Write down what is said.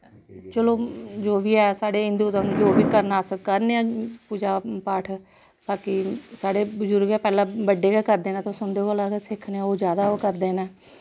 चलो जो बी ऐ साढ़े हिन्दू धर्म जो बी करना असें करने आं पूजा पाठ बाकि साढ़े बजुर्ग पैह्लै बड्डे गै करदे न ते अस उं'दे कोला गै सिक्खने ओह् जैदा ओह् करदे नै